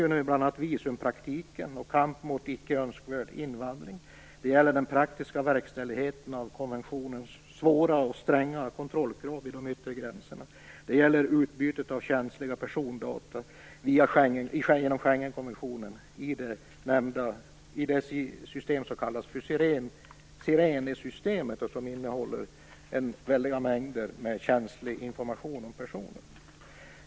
Det gäller bl.a. visumpraktiken och kampen mot icke önskvärd invandring, det gäller den praktiska verkställigheten av konventionens stränga kontrollkrav vid de yttre gränserna och det gäller utbytet av känsliga persondata enligt Schengenkonventionen genom det s.k. Sirene-systemet, som innehåller väldiga mängder av känslig information om personer.